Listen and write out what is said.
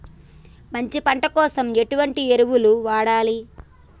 మంచి పంట కోసం ఎటువంటి ఎరువులు వాడాలి?